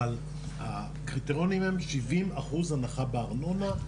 אבל הקריטריונים הם 70 אחוז הנחה בארנונה,